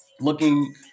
looking